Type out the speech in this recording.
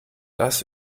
das